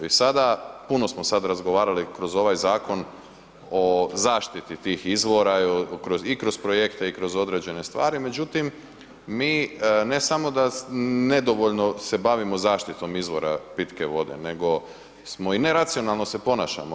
I sada, puno smo sada razgovarali kroz ovaj zakon o zaštiti tih izvora i kroz projekte i kroz određene stvari, međutim mi ne samo da nedovoljno se bavimo zaštitom izvora pitke vode nego smo i neracionalno se ponašamo.